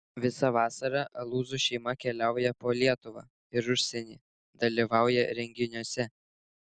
visą vasarą alūzų šeima keliauja po lietuvą ir užsienį dalyvauja renginiuose